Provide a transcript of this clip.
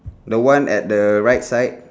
the one at the right side